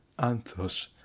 Anthos